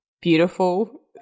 beautiful